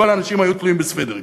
כל האנשים היו תלויים בסוודרים.